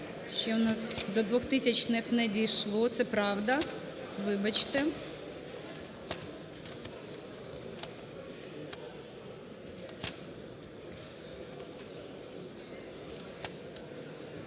Ще у нас до 2000-х не дійшло, це правда, вибачте.